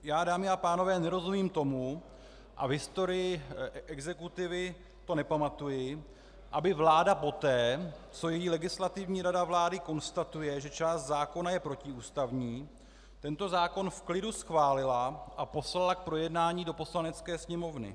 Já, dámy a pánové, nerozumím tomu, a v historii exekutivy to nepamatuji, aby vláda poté, co její Legislativní rada vlády konstatuje, že část zákona je protiústavní, tento zákon v klidu schválila a poslala k projednání do Poslanecké sněmovny.